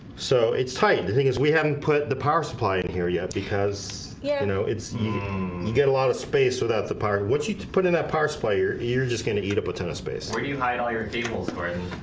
so it's tight the thing is we haven't put the power supply in here yet because yeah you know it's you get a lot of space without the part. what you put in that parts player you're just gonna eat up a ton of space where you hide all your deals, right?